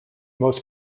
most